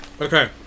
Okay